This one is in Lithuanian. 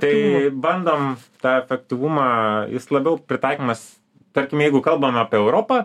tai bandom tą efektyvumą jis labiau pritaikomas tarkim jeigu kalbame apie europą